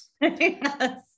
Yes